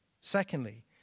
Secondly